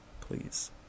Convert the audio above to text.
please